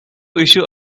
issue